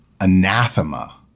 anathema